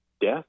death